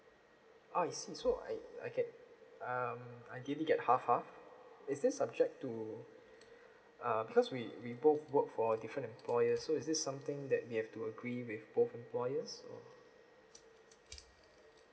I see so I I can um I really get half half is this subject to uh because we we both work for different employer so is this something that we have to agree with both employers